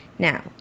Now